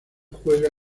juega